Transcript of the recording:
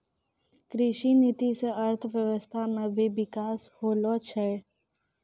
कृषि नीति से अर्थव्यबस्था मे भी बिकास होलो छै